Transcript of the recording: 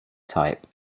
type